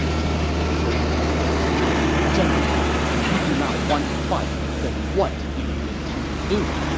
cheng pu answered gentlemen, if you do not want to fight, then what do you intend to do?